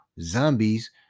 Zombies